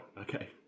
Okay